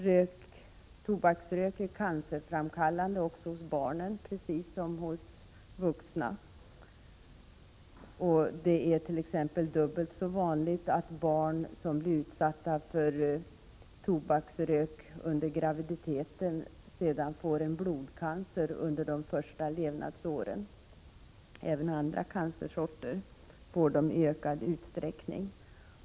Rökning är cancerframkallande hos barn precis som hos vuxna, och det är t.ex. dubbelt så vanligt att barn som blir utsatta för tobaksrök under graviditeten sedan får blodcancer under de första levnadsåren. De får även andra cancersorter i ökad utsträckning.